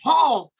Paul